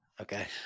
okay